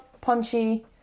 punchy